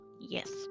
yes